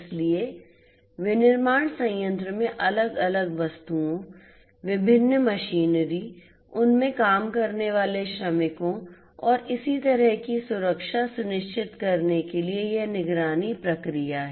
इसलिए विनिर्माण संयंत्र में अलग अलग वस्तुओं विभिन्न मशीनरी उनमें काम करने वाले श्रमिकों और इसी तरह की सुरक्षा सुनिश्चित करने के लिए यह निगरानी प्रक्रिया है